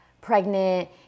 pregnant